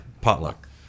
potluck